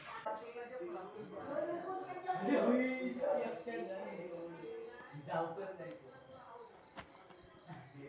कर आकारणीची आर्थिक तत्त्वा ह्या प्रश्नावर येतत कि कर आकारणीतना आर्थिक कल्याण कसा वाढवायचा?